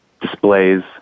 displays